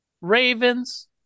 Ravens